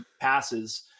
passes